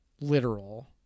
literal